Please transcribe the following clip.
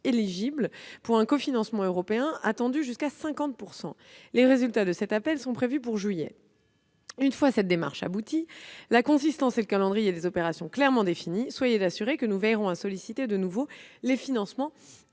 éligibles, pour un cofinancement européen attendu jusqu'à 50 %. Les résultats de cet appel sont prévus pour juillet. Une fois cette démarche aboutie, la consistance et le calendrier des opérations clairement définis, soyez assuré que nous veillerons à solliciter de nouveau les financements